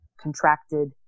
contracted